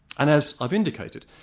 and as i've indicated,